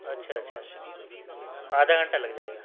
اچھا اچھا آدھا گھنٹہ لگ جائے گا